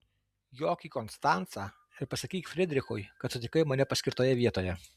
jok į konstancą ir pasakyk fridrichui kad sutikai mane paskirtoje vietoje